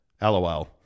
lol